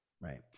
right